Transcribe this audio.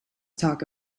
talk